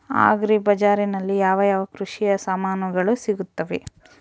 Agri ಬಜಾರಿನಲ್ಲಿ ಯಾವ ಯಾವ ಕೃಷಿಯ ಸಾಮಾನುಗಳು ಸಿಗುತ್ತವೆ?